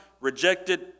rejected